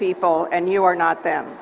people and you are not them